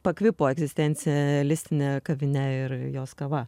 pakvipo egzistencialistine kavine ir jos kava